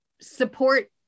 support